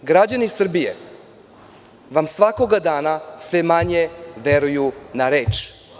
Građani Srbije vam svakoga dana sve manje veruju na reč.